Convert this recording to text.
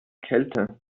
kälte